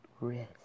risk